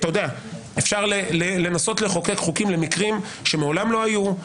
אפשר לנסות לחוקק חוקים למקרים שמעולם לא היו,